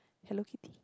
Hello-Kitty